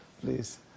Please